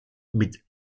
mit